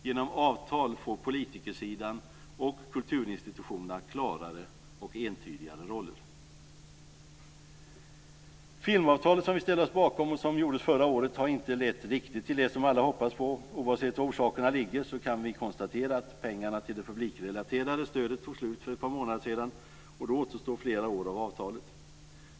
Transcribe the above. Genom avtal får politikersidan och kulturinsitutionerna klarare och entydigare roller. Filmavtalet, som vi ställde oss bakom och som träffades förra året, har inte riktigt lett till det som alla hoppats på. Oavsett var orsakerna ligger kan vi konstatera att pengarna till det publikrelaterade stödet tog slut för ett par månader sedan, och då återstår flera år av avtalet.